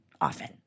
often